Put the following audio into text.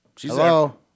Hello